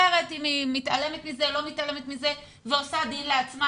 בוחרת אם היא מתעלמת מזה או לא ועושה דין לעצמה.